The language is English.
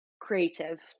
creative